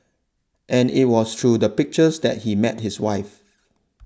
and it was through the pictures that he met his wife